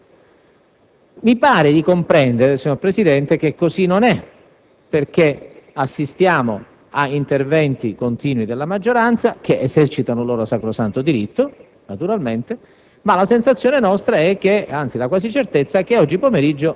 e ci attendevamo, oggi pomeriggio, l'attuazione degli accordi. Mi pare di comprendere, signor Presidente, che così non è, perché assistiamo a interventi continui della maggioranza, che esercita un suo sacrosanto diritto,